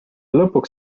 lõpuks